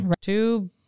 Two